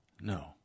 No